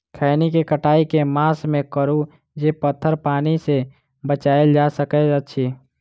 खैनी केँ कटाई केँ मास मे करू जे पथर पानि सँ बचाएल जा सकय अछि?